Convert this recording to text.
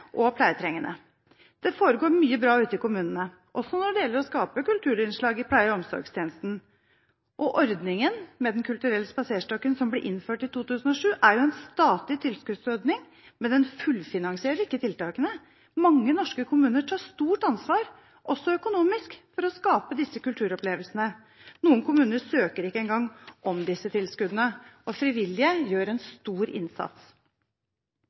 og pleietrengende. Det foregår mye bra ute i kommunene, også når det gjelder å skape kulturinnslag i pleie- og omsorgstjenesten. Ordningen med Den kulturelle spaserstokken, som ble innført i 2007, er en statlig tilskuddsordning, men den fullfinansierer ikke tiltakene. Mange norske kommuner tar stort ansvar, også økonomisk, for å skape disse kulturopplevelsene. Noen kommuner søker ikke engang om disse tilskuddene, og frivillige gjør en stor innsats.